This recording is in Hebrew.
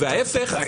ההפך,